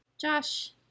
Josh